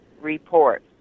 Report